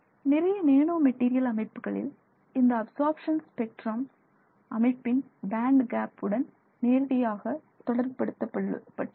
நிறைய nano material அமைப்புகளில் இந்த அப்சர்ப்ஷன் ஸ்பெக்ட்ரம் அமைப்பின் பேண்ட் கேப் உடன் நேரடியாக தொடர்புபடுத்தப்பட்டுள்ளது